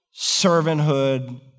servanthood